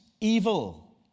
evil